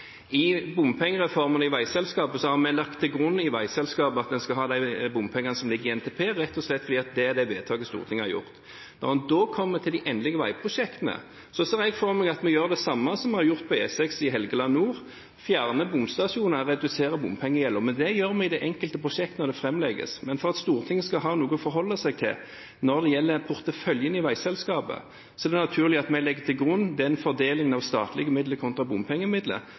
I bompengereformen har vi lagt til grunn at en i veiselskapet skal ha de bompengene som ligger i NTP, rett og slett fordi det er det vedtaket Stortinget har gjort. Når en da kommer til de endelige veiprosjektene, ser jeg for meg at vi gjør det samme som vi har gjort på E6 i Helgeland nord – fjerner bomstasjoner og reduserer bompengegjelden – men det gjør vi i det enkelte prosjekt når det fremlegges. Men for at Stortinget skal ha noe å forholde seg til når det gjelder porteføljen i veiselskapet, er det naturlig at vi legger til grunn den fordelingen av statlige midler kontra bompengemidler